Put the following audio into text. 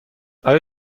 آیا